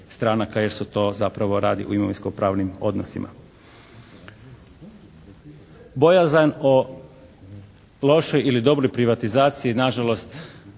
jer se to zapravo radi u imovinskopravnim odnosima. Bojazan o lošoj ili dobroj privatizaciji na žalost